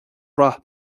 rath